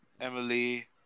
Emily